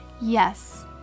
Yes